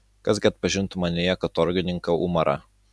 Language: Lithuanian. kas gi atpažintų manyje katorgininką umarą